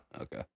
Okay